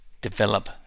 develop